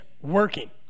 working